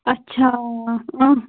اَچھا